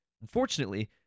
Unfortunately